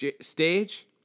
stage